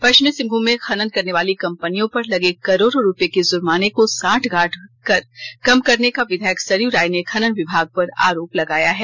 पश्चिमी सिंहभूम में खनन करने वाली कंपनियों पर लगे करोड़ों रुपये की जुर्माने को सांठगांठ कर कम करने का विधायक सरयू राय ने खनन विभाग पर आरोप लगाया है